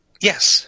Yes